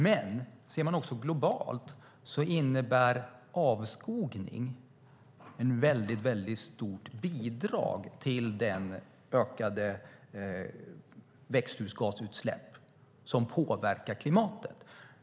Men ser man det också globalt innebär avskogning ett väldigt stort bidrag till ökade växthusgasutsläpp, som påverkar klimatet.